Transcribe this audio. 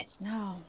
No